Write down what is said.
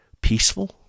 peaceful